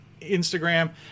Instagram